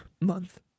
month